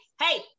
hey